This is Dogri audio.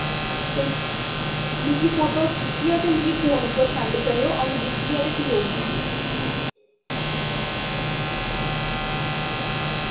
कोई मिकी फोटो खिच्चियै ते मिकी फोन उप्पर सैंड करेओ अ'ऊं दिक्खियै ते फ्ही औगी